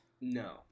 No